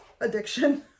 Addiction